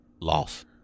Loss